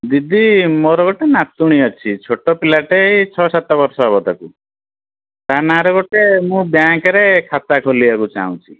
ଦିଦି ମୋର ଗୋଟେ ନାତୁଣୀ ଅଛି ଛୋଟ ପିଲାଟିଏ ଛଅ ସାତ ବର୍ଷ ହେବ ତାକୁ ତା ନାଁରେ ଗୋଟେ ମୁଁ ବ୍ୟାଙ୍କରେ ଖାତା ଖୋଲିବାକୁ ଚାହୁଁଛି